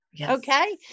Okay